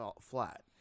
flat